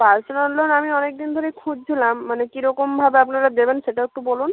personal loan আমি অনেক দিন ধরেই খুঁজছিলাম মানে কী রকমভাবে আপনারা দেবেন সেটা একটু বলুন